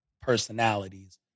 personalities